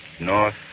North